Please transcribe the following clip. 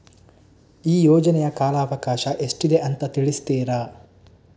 ಈ ಯೋಜನೆಯ ಕಾಲವಕಾಶ ಎಷ್ಟಿದೆ ಅಂತ ತಿಳಿಸ್ತೀರಾ?